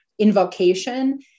invocation